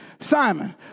Simon